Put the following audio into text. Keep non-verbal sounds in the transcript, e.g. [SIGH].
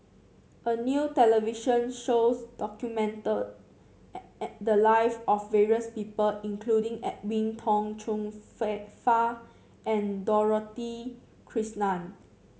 a new television shows documented [NOISE] the live of various people including Edwin Tong Chun [NOISE] Fai and Dorothy Krishnan